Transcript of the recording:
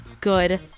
good